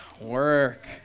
work